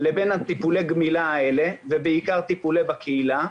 לבין טיפולי הגמילה האלה ובעיקר טיפולים בקהילה.